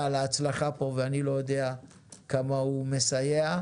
להצלחה פה ואני לא יודע כמה הוא מסייע.